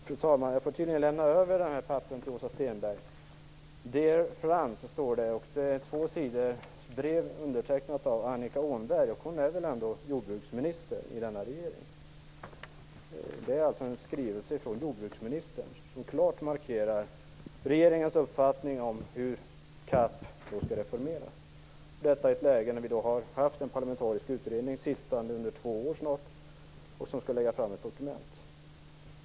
Fru talman! Jag får tydligen lämna över de här papperen till Åsa Stenberg. Det är ett tvåsidigt brev inlett med "Dear Franz" och undertecknat av Annika Åhnberg, som väl ändå är jordbruksminister i regeringen. Det är alltså fråga om en skrivelse från jordbruksministern, som klart markerar regeringens uppfattning om hur CAP skall reformeras. Detta sker i ett läge när det under snart två år har pågått en utredning, som skall lägga fram ett dokument.